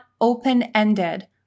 open-ended